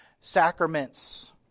sacraments